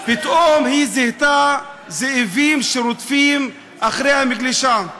פתאום היא זיהתה זאבים שרודפים אחרי המגלשה.